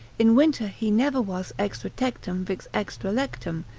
in winter he never was extra tectum vix extra lectum,